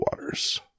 waters